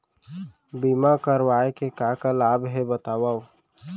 बीमा करवाय के का का लाभ हे बतावव?